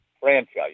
franchise